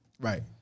Right